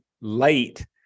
light